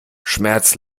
schmerz